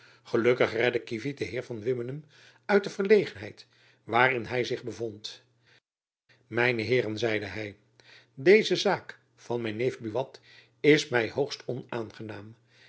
gelukkig redde kievit den heer van wimmenum uit de verlegenheid waarin hy zich bevond mijne heeren zeide hy deze zaak van mijn neef buat is my hoogst onaangenaam